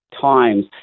times